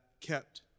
kept